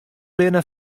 binne